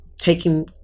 Taking